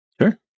Sure